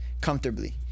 comfortably